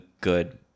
good